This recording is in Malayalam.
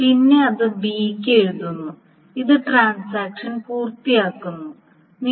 പിന്നെ അത് B യ്ക്ക് എഴുതുന്നു ഇത് ട്രാൻസാക്ഷൻ പൂർത്തിയാക്കുന്നു 1